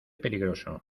peligroso